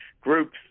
groups